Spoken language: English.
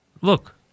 look